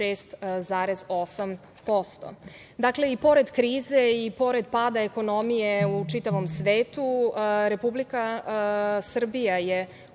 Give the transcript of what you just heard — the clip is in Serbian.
56,8%. Dakle, i pored krize i pored pada ekonomije u čitavom svetu, Republika Srbija je